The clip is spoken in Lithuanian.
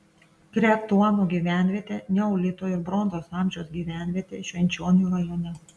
kretuono gyvenvietė neolito ir bronzos amžiaus gyvenvietė švenčionių rajone